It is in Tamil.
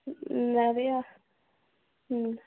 நிறையா ம்